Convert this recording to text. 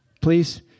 please